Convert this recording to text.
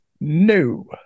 No